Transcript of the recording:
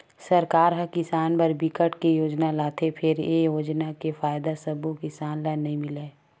सरकार ह किसान बर बिकट के योजना लाथे फेर ए योजना के फायदा सब्बो किसान ल नइ मिलय